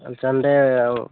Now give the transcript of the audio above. ᱟᱪᱪᱷᱟ ᱱᱚᱰᱮ